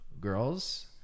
girls